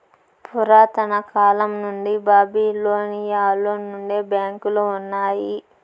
పురాతన కాలం నుండి బాబిలోనియలో నుండే బ్యాంకులు ఉన్నాయి